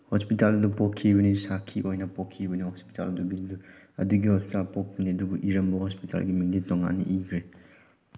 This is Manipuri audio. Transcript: ꯍꯣꯁꯄꯤꯇꯥꯜꯗ ꯄꯣꯛꯈꯤꯕꯅꯤ ꯁꯥꯈꯤ ꯑꯣꯏꯅ ꯄꯣꯛꯈꯤꯕꯅꯤ ꯍꯣꯁꯄꯤꯇꯥꯜꯗꯨ ꯑꯗꯨꯒꯤꯗꯨ ꯑꯗꯨꯒꯤ ꯍꯣꯁꯄꯤꯇꯥꯜ ꯄꯣꯛꯄꯅꯤ ꯑꯗꯨꯕꯨ ꯏꯔꯝꯕ ꯍꯣꯁꯄꯤꯇꯥꯜꯒꯤ ꯃꯤꯡꯗꯤ ꯇꯣꯉꯥꯟꯅ ꯏꯈ꯭ꯔꯦ